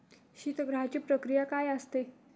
शीतगृहाची प्रक्रिया काय असते?